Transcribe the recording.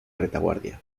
retaguardia